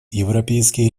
европейские